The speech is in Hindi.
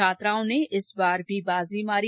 छात्राओं ने इस बार भी बाजी मारी